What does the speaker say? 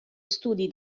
studi